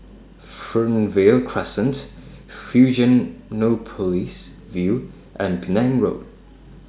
Fernvale Crescent Fusionopolis View and Penang Road